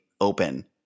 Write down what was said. open